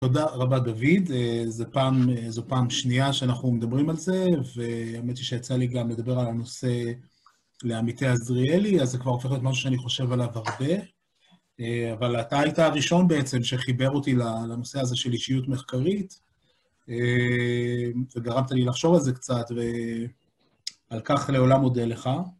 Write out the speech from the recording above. תודה רבה דוד, זו פעם, זו פעם שנייה שאנחנו מדברים על זה, והאמת היא שיצא לי גם לדבר על הנושא לעמיתי עזריאלי, אז זה כבר הופך להיות משהו שאני חושב עליו הרבה. אבל אתה היית הראשון בעצם שחיבר אותי ל... לנושא הזה של אישיות מחקרית, וגרמת לי לחשוב על זה קצת, ועל כך לעולם אודה לך.